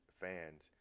fans